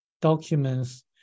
documents